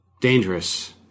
Dangerous